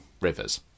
rivers